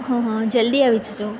હા હા જલદી આવી જજો